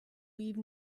leave